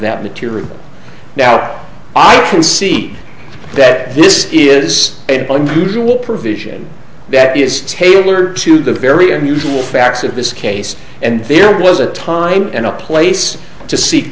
that material now i can see that this is a bunch of usual provision that is tailored to the very unusual facts of this case and there was a time and a place to seek